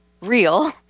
real